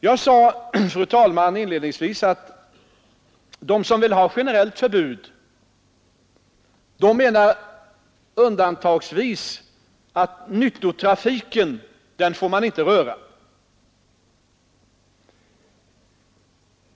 Jag sade inledningsvis, fru talman, att de som vill ha generellt förbud menar att som undantag från sådant förbud skall gälla att nyttotrafiken får man inte röra.